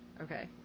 Okay